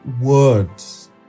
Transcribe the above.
words